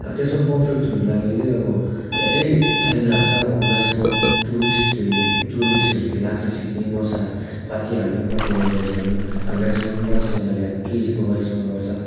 अब त्यसमा पर्फेक्ट हुनुको लागि चाहिँ अब धेरै टाइम लाग्छ अब maximum two weeks three two विस्कहरू चाहिँ लाग्छ सिक्ने मसला कति हाल्नु कति एभरेज गर्नु आब मेक्सीमम् कतिजनाले आअब केजीको वाइसमा गर्छ